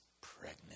pregnant